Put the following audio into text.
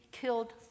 killed